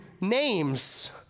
names